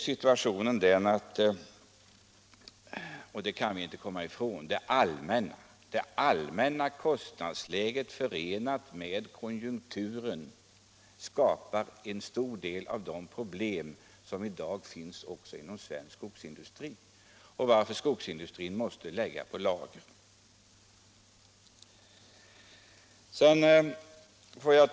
Situationen är ju den — och det kan vi inte komma ifrån — att det allmänna kostnadsläget och lågkonjunkturen skapar en stor del av de problem som i dag också drabbar svensk skogsindustri, så att man t.ex. måste öka sin lagerhållning.